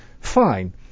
Fine